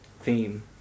theme